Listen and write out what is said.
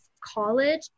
college